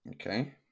Okay